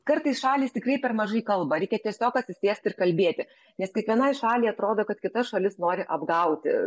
kartais šalys tikrai per mažai kalba reikia tiesiog atsisėst ir kalbėti nes kiekvienai šaliai atrodo kad kita šalis nori apgauti